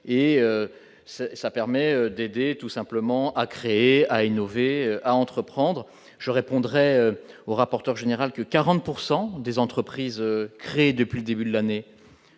c'est ça permet d'aider tout simplement à créer à innover, à entreprendre, je répondrai au rapporteur général que 40 pourcent des entreprises créées depuis le début de l'année.